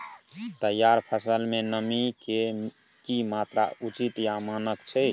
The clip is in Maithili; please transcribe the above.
तैयार फसल में नमी के की मात्रा उचित या मानक छै?